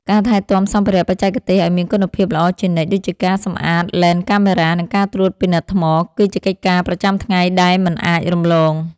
ការថែទាំសម្ភារៈបច្ចេកទេសឱ្យមានគុណភាពល្អជានិច្ច ដូចជាការសម្អាតឡេនកាមេរ៉ា និងការត្រួតពិនិត្យថ្ម គឺជាកិច្ចការប្រចាំថ្ងៃដែលមិនអាចរំលង។